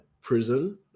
prison